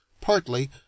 partly